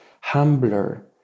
humbler